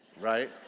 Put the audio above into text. right